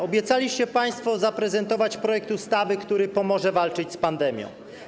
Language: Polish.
Obiecaliście państwo zaprezentować projekt ustawy, który pomoże walczyć z pandemią.